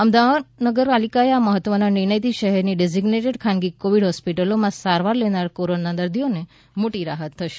અમદાવાદ મહાનગરપાલિકાના આ મહત્વના નિર્ણયથી શહેરની ડેઝીઝ્નેટેડ ખાનગી કોવીડ હોસ્પિટલોમાં સારવાર લેનાર કોરોના દર્દીઓને મોટી રાહત થશે